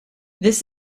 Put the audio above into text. this